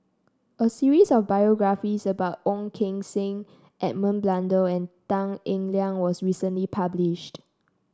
a series of biographies about Ong Keng Sen Edmund Blundell and Tan Eng Liang was recently published